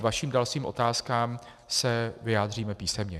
K vašim dalším otázkám se vyjádříme písemně.